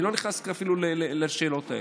אני לא נכנס אפילו לשאלות האלה.